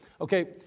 Okay